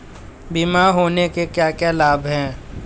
बीमा होने के क्या क्या लाभ हैं?